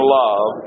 love